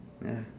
ya